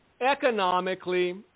economically